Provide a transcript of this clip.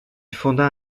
fonda